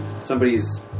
somebody's